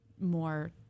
more